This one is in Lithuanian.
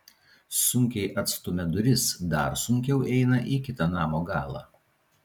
sunkiai atstumia duris dar sunkiau eina į kitą namo galą